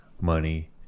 money